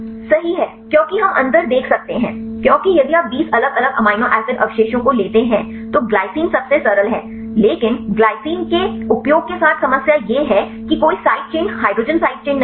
सही है क्योंकि हम अंतर देख सकते हैं क्योंकि यदि आप 20 अलग अलग अमीनो एसिड अवशेषों को लेते हैं तो ग्लाइसीन सबसे सरल है लेकिन ग्लाइसिन के उपयोग के साथ समस्या यह है कि कोई side chain hydrogen side chain नहीं है